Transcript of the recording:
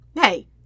Hey